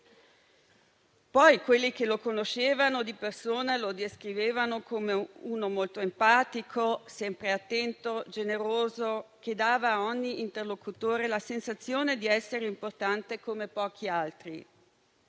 Poi quelli che lo conoscevano di persona lo descrivevano come uno molto empatico, sempre attento, generoso, che dava a ogni interlocutore la sensazione di essere importante come pochi altri.